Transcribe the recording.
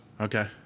okay